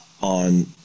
on